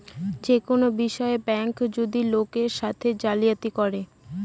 যে কোনো বিষয়ে ব্যাঙ্ক যদি লোকের সাথে জালিয়াতি করে